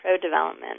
pro-development